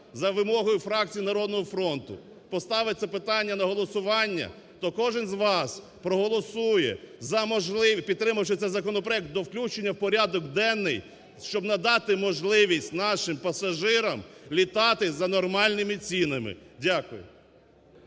за вимогою фракції "Народного фронту" поставить це питання на голосування, то кожен з вас проголосує, підтримавши цей законопроект до включення в порядок денний, щоб надати можливість нашим пасажирам літати за нормальними цінами. Дякую.